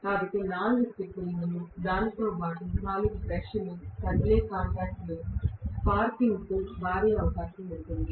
కాబట్టి 4 స్లిప్ రింగులు దానితో పాటు 4 బ్రష్లు కదిలే కాంటాక్ట్ స్పార్కింగ్కు భారీ అవకాశం ఉంటుంది